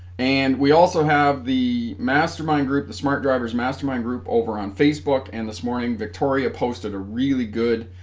and we also have the mastermind group the smart drivers mastermind group over on facebook and this morning victoria posted a really good